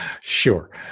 Sure